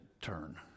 turn